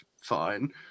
fine